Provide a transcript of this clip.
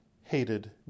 hated